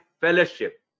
fellowship